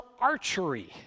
archery